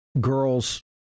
girls